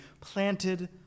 planted